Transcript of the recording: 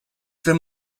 fer